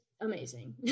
amazing